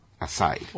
aside